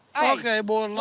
okay boys,